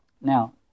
Now